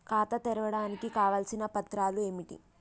ఖాతా తెరవడానికి కావలసిన పత్రాలు ఏమిటి?